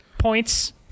Points